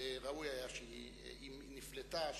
וראוי היה שאם נפלטה,